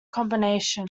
combination